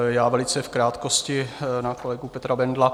Já velice v krátkosti na kolegu Petra Bendla.